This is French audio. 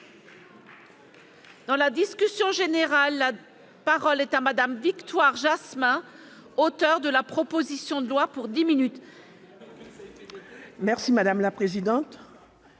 Dans la discussion générale, la parole est à Mme Victoire Jasmin, auteure de la proposition de loi. Madame la présidente,